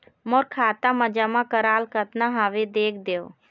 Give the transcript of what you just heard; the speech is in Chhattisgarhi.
मोर खाता मा जमा कराल कतना हवे देख देव?